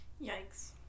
Yikes